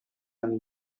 and